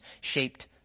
shaped